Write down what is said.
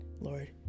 lord